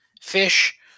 fish